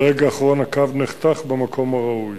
וברגע האחרון הקו נחתך במקום הראוי.